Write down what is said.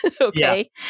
Okay